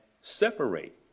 separate